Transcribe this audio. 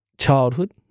childhood